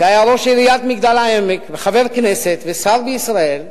שהיה ראש עיריית מגדל-העמק, חבר כנסת ושר בישראל,